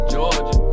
Georgia